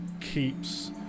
keeps